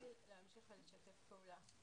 שנשכיל להמשיך ולשתף פעולה.